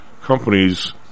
companies